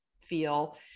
feel